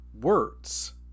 words